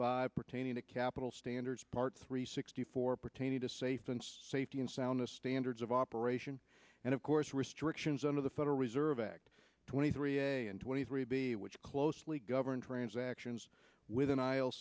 five pertaining to capital standards part three sixty four pertaining to safe and safety and soundness standards of operation and of course restrictions under the federal reserve act twenty three a and twenty three b which closely govern transactions with